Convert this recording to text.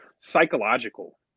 psychological